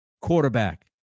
Quarterback